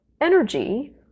energy